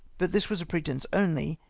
but this was a pretence only,